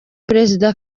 perezida